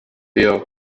der